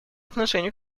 отношению